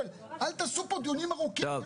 אבל אל תעשו פה דיונים ארוכים כאילו